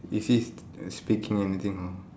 is she uh speaking anything or